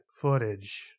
footage